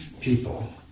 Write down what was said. people